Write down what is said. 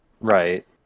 right